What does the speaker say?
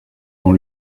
dans